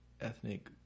ethnic